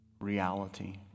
reality